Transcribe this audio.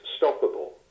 stoppable